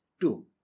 two